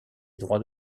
droits